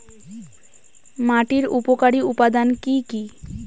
মাটির উপকারী উপাদান কি কি?